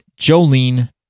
jolene